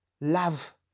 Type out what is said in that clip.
love